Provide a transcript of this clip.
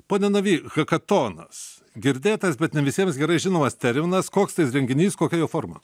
pone navy hakatonas girdėtas bet ne visiems gerai žinomas terminas koks tai renginys kokia jo forma